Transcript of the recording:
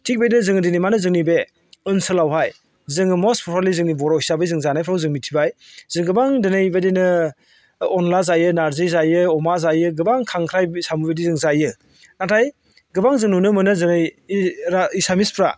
थिग बिदिनो जोङो दिनै माने जोंनि बे ओनसोलावहाय जोङो मस्ट प्रबेब्लि जोंनि बर' हिसाबै जों जानायफ्राव जों मिथिबाय जों गोबां दिनै बि दिनो अनला जायो नारजि जायो अमा जायो गोबां खांख्राइ साम' बिदि जों जायो नाथाय गोबां जों नुनो मोनो जेरै एसामिसफ्रा